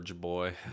boy